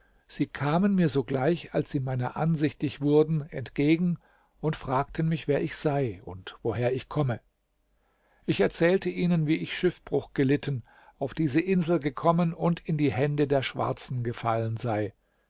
sie kamen mir sogleich als sie meiner ansichtig wurden entgegen und fragten mich wer ich sei und woher ich komme ich erzählte ihnen wie ich schiffbruch gelitten auf diese insel gekommen und in die hände der schwarzen gefallen sei